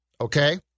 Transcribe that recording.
okay